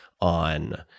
on